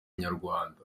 inyarwanda